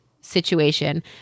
situation